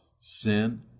sin